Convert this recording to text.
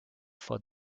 for